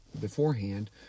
beforehand